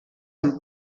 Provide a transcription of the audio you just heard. amb